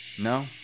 No